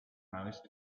most